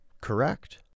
Correct